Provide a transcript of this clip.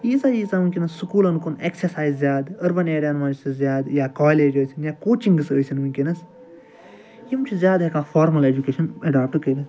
ییٖژاہ ییٖژاہ وُنٛکیٚس سُکوٗلَن کُن ایٚکسیٚس آیہِ زیادٕ أربَن ایرِیا ہَن منٛز چھِ زیادٕ یا کالج ٲسِن یا کوچِنگٕس ٲسِن وُنٛکیٚس یِم چھِ زیادٕ ہیٚکان فارمَل ایٚجوٗکیشَن ایٚڈاپٹہٕ کٔرِتھ